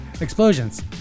Explosions